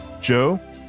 joe